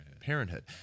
Parenthood